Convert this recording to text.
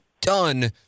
done